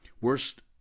Worst